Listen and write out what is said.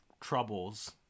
troubles